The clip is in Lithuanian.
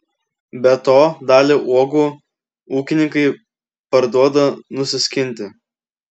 be to dalį uogų ūkininkai parduoda nusiskinti